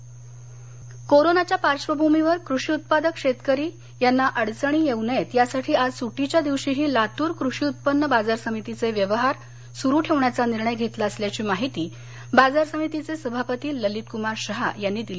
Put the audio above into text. लातर बाजार कोरोनाच्या पाश्वर्भूमीवर कृषी उत्पादक शेतकरी याना अडचण येऊ नये यासाठी आज सूट्टीच्या दिवशीही लातूर कृषी उत्पन्न बाजार समितीचे व्यवहार सुरू ठेवण्याचा निर्णय घेतला असल्याची माहिती बाजार समितीचे सभापती ललितकुमार शहा यांनी दिली